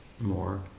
more